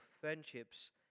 friendships